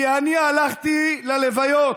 כי אני הלכתי ללוויות,